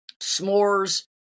s'mores